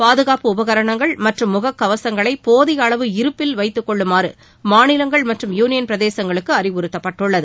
பாதுகாப்பு உபகரணங்கள் மற்றம் முகக் கவசங்களை போதிய அளவு இருப்பில் வைத்துக்கொள்ளுமாறு மாநிலங்கள் மற்றும் யூனியள் பிரதேசங்களுக்கு அறிவுறுத்தப்பட்டுள்ளது